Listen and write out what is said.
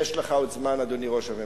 יש לך עוד זמן, אדוני ראש הממשלה.